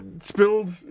spilled